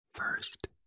First